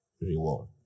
reward